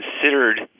considered